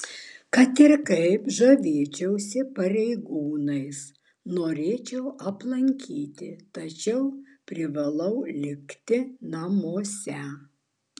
kad ir kaip žavėčiausi pareigūnais norėčiau aplankyti tačiau privalau likti namuose